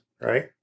right